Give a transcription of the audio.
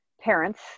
parents